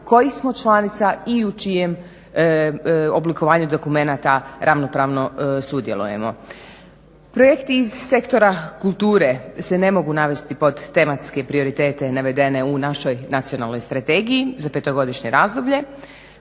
koji smo članica i u čijem oblikovanju dokumenata ravnopravno sudjelujemo. Projekti iz sektora kulture se ne mogu navesti pod tematske prioritete navedene u našoj nacionalnoj strategiji za petogodišnje razdoblje.